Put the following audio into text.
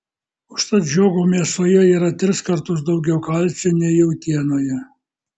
užtat žiogo mėsoje yra tris kartus daugiau kalcio nei jautienoje